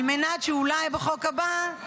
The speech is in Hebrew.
על מנת שאולי בחוק הבא,